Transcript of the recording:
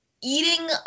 eating